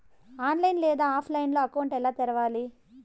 online లేదా ఆఫ్లైన్లో account ఎలా తెరవాలి